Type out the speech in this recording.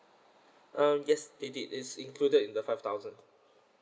um yes they did it's included in the five thousand